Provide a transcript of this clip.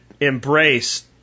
embrace